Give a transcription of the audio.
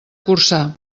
corçà